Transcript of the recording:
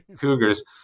cougars